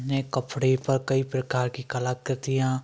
ने कपड़े पर कई प्रकार की कलाकृतियाँ